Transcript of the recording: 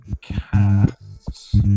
cast